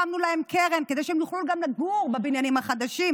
הקמנו להם קרן כדי שהם יוכלו לגור גם בבניינים החדשים,